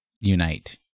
Unite